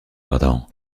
ardan